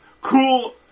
cool